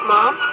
Mom